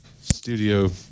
Studio